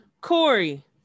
Corey